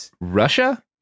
Russia